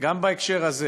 גם בהקשר הזה